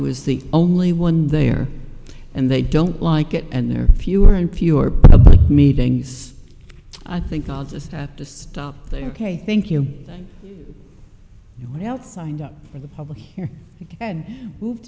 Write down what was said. was the only one there and they don't like it and there are fewer and fewer about meetings i think i'll just have to stop there ok thank you i went out signed up for the public here and moved